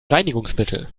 reinigungsmittel